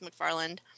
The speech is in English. McFarland